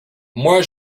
moi